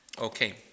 Okay